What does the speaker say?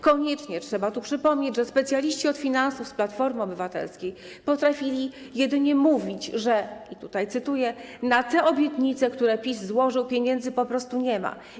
Koniecznie trzeba tu przypomnieć, że specjaliści od finansów z Platformy Obywatelskiej potrafili jedynie mówić, że - tutaj cytuję - na te obietnice, które PiS złożył, pieniędzy po prostu nie ma.